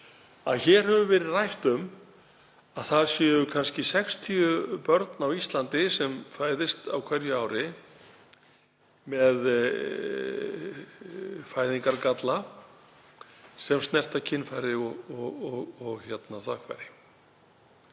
að hér hefur verið rætt um að það séu kannski 60 börn á Íslandi sem fæðast á hverju ári með fæðingargalla sem snerta kynfæri og þvagfæri.